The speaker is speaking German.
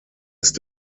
ist